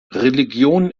religion